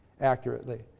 accurately